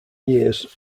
years